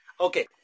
Okay